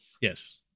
Yes